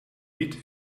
niet